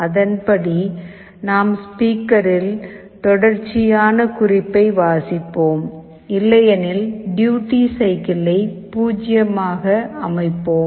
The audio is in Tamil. அதன்படி நாம் ஸ்பீக்கரில் தொடர்ச்சியான குறிப்பை வாசிப்போம் இல்லையெனில் டியூட்டி சைக்கிள்ளை 0 ஆக அமைப்போம்